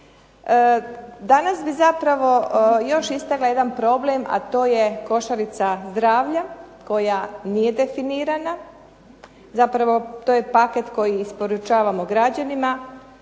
Danas bi zapravo još isplivao jedan problem, a to je košarica zdravlja koja nije definirana. Zapravo to je paket koji isporučavamo građanima.